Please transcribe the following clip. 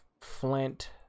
flint